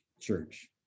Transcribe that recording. church